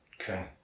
Okay